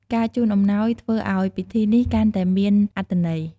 ការជូនអំណោយធ្វើឲ្យពិធីនេះកាន់តែមានអត្ថន័យ។